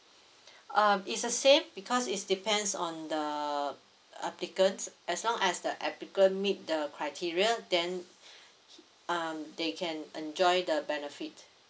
um it's the same because is depends on the applicants as long as the applicant meet the criteria then um they can enjoy the benefit